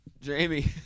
Jamie